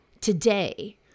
today